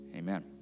Amen